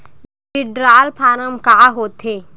withdrawal form का होथेय